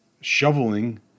shoveling